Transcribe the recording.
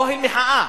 אוהל מחאה.